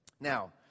Now